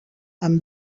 amb